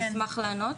אני אשמח לענות.